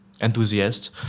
enthusiast